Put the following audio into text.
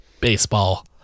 baseball